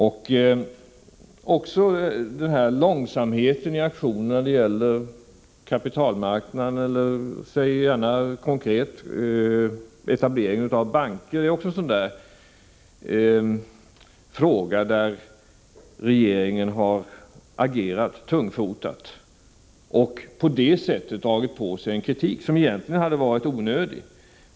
Långsamheten i aktionen när det gäller kapitalmarknaden eller, jag säger det gärna konkret, etableringen av banker är också en sådan fråga där regeringen har agerat tungfotat och på det sättet dragit på sig en kritik som egentligen hade varit onödig.